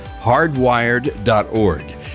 hardwired.org